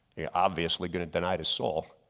obviously gonna deny the soul.